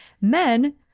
Men